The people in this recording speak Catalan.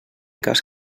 cas